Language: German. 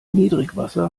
niedrigwasser